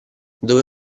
dove